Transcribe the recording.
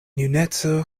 juneco